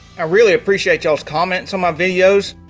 i really appreciate y'all's comments on my videos.